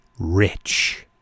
rich